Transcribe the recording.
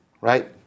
right